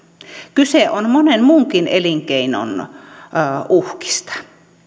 kyse on monen muunkin elinkeinon uhkista